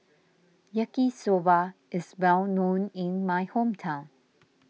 Yaki Soba is well known in my hometown